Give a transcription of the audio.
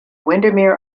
windermere